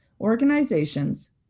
Organizations